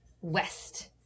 West